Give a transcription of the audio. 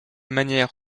manière